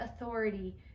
authority